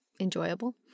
enjoyable